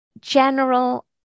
general